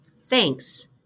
Thanks